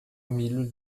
milho